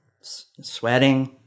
sweating